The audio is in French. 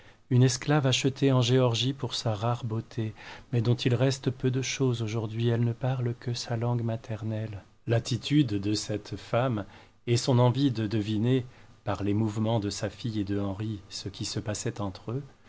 une esclave achetée en géorgie pour sa rare beauté mais dont il reste peu de chose aujourd'hui elle ne parle que sa langue maternelle l'attitude de cette femme et son envie de deviner par les mouvements de sa fille et d'henri ce qui se passait entre eux